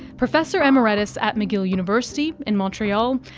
professor emeritus at mcgill university in montreal,